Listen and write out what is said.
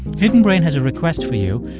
hidden brain has a request for you.